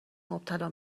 مبتلا